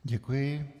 Děkuji.